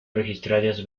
registradas